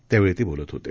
त्यावेळी ते बोलत होते